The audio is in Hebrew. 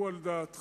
הוא על דעתך?